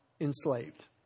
enslaved